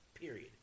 Period